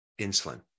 insulin